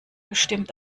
bestimmt